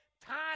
Time